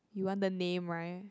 you want the name right